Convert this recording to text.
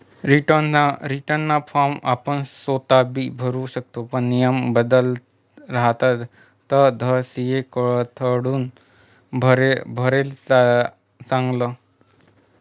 रीटर्नना फॉर्म आपण सोताबी भरु शकतस पण नियम बदलत रहातस तधय सी.ए कडथून भरेल चांगलं